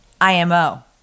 IMO